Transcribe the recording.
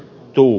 etu